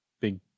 big